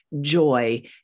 joy